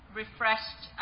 refreshed